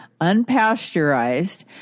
unpasteurized